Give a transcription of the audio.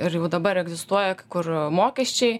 ir jau dabar egzistuoja kai kur mokesčiai